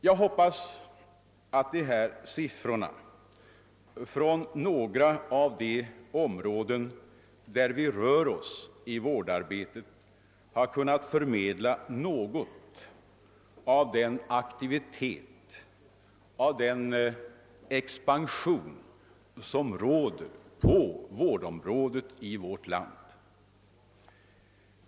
Jag hoppas att dessa siffror från några av de avsnitt där vi rör oss i vårdarbetet kunnat förmedla ett visst intryck av den aktivitet och expansion som råder på vårdområdet i vårt land.